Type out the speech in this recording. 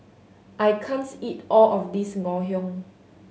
I can't eat all of this Ngoh Hiang